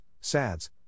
SADS